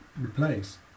replace